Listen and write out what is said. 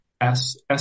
S's